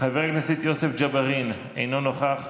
חבר הכנסת יוסף ג'בארין, אינו נוכח,